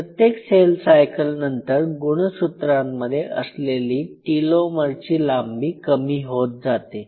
प्रत्येक cell cycle नंतर गुणसूत्रांमध्ये असलेले टिलोमरची लांबी कमी होत जाते